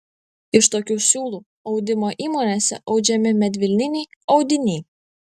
iš tokių siūlų audimo įmonėse audžiami medvilniniai audiniai